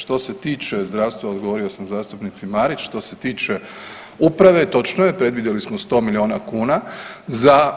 Što se tiče zdravstva odgovorio sam zastupnici Marić, što se tiče uprave točno je predvidjeli smo 100 miliona kuna za